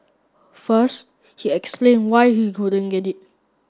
first he explain why he couldn't get it